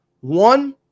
One